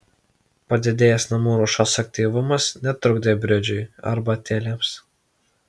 padidėjęs namų ruošos aktyvumas netrukdė bridžui arbatėlėms